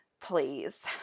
Please